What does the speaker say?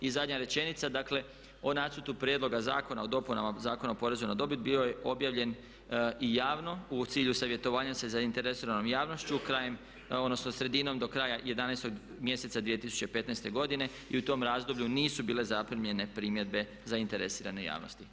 I zadnja rečenica, dakle o Nacrtu prijedloga zakona o dopunama Zakona o porezu na dobit bio je objavljen i javno u cilju savjetovanja sa zainteresiranom javnošću krajem, odnosno sredinom, do kraja 11. mjeseca 2015. godine i u tom razdoblju nisu bile zaprimljene primjedbe zainteresirane javnosti.